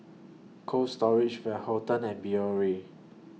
Cold Storage Van Houten and Biore